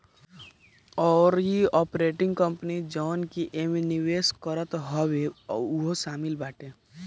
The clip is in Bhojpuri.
अउरी आपरेटिंग कंपनी जवन की एमे निवेश करत हवे उहो शामिल बाटे